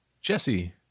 Jesse